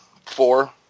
four